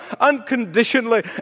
unconditionally